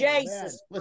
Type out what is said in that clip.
Jesus